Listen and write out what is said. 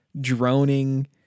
droning